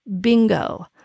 Bingo